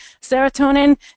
serotonin